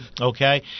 Okay